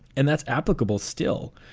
and that's applicable still.